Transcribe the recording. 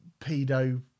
pedo